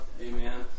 Amen